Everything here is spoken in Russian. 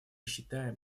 считаем